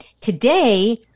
Today